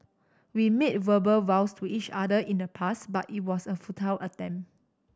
we made verbal vows to each other in the past but it was a futile attempt